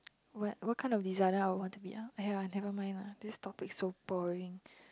what what kind of designer I would want to be ah !aiya! never mind lah this topic so boring